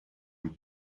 een